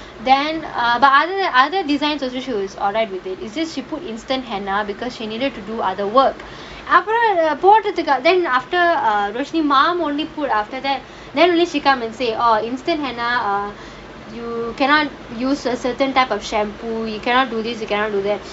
then err but other other designs she was alright with it it's just she put instant henna because she needed to do other work அப்புறம் போட்டத்துக்கு:appuram pottathukku then after roshni mom only put after that then only she come and say oh instant henna ah you cannot use a certain type of shampoo you cannot do this you cannot do that